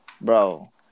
Bro